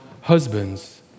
husbands